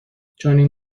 چنین